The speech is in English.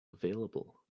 available